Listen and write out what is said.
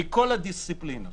מכל הדיסציפלינות